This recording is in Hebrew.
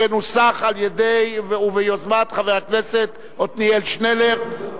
שנוסחה על-ידיו וביוזמתו של חבר הכנסת עתניאל שנלר.